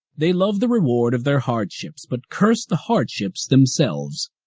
they love the reward of their hardships, but curse the hardships themselves.